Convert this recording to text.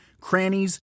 crannies